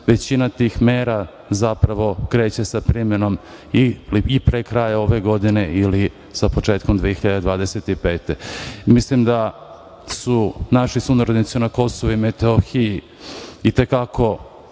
većina tih mera kreće sa primenom i pre kraja ove godine ili sa početkom 2025. godine. Mislim da su naši sunarodnici na Kosovu i Metohiji i te kako